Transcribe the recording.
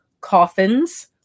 coffins